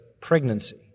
pregnancy